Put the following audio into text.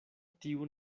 tiu